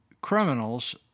criminals